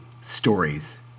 stories